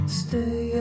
stay